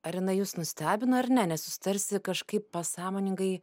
ar jinai jus nustebino ar ne nes jūs tarsi kažkaip pasąmoningai